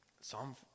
Psalm